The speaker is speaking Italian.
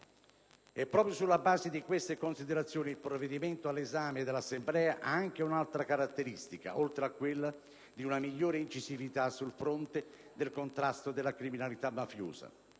Proprio sulla base di queste considerazioni il provvedimento all'esame dell'Assemblea ha anche un'altra importante caratteristica, oltre a quella di una migliore incisività sul fronte del contrasto alla criminalità mafiosa: